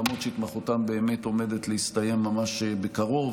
למרות שהתמחותם עומדת להסתיים ממש בקרוב.